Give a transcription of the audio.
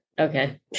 Okay